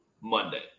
Monday